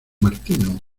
martino